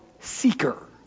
seeker